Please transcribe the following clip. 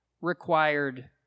required